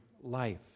life